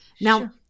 now